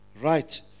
right